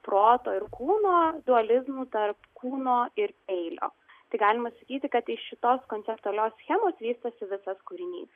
proto ir kūno dualizmu tarp kūno ir peilio tai galima sakyti kad iš šitos konceptualios schemos vystosi visas kūrinys